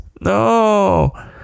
no